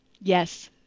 Yes